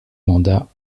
mandats